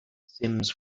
sims